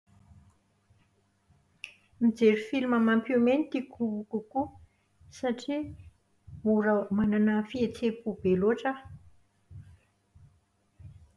Mijery filma mampiomehy no tiako kokoa. Satria mora manana fihetseham-po be loatra aho.